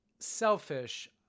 selfish